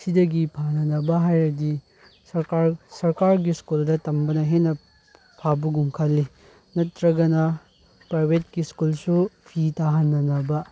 ꯁꯤꯗꯒꯤ ꯐꯅꯅꯕ ꯍꯥꯏꯔꯗꯤ ꯁꯔꯀꯥꯔꯒꯤ ꯁ꯭ꯀꯨꯜꯗ ꯇꯝꯕꯅ ꯍꯦꯟꯅ ꯐꯕꯒꯨꯝ ꯈꯜꯂꯤ ꯅꯠꯇ꯭ꯔꯒꯅ ꯄ꯭ꯔꯥꯏꯚꯦꯠꯀꯤ ꯁ꯭ꯀꯨꯜꯁꯨ ꯐꯤ ꯇꯥꯍꯟꯅꯅꯕ